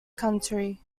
county